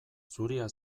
zuria